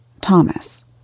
Thomas